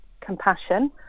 compassion